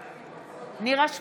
בעד נירה שפק,